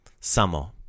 Samo